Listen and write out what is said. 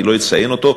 אני לא אציין אותו,